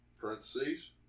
parentheses